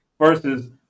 versus